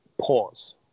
pause